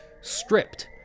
stripped